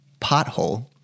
pothole